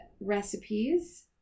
Recipes